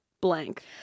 blank